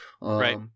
right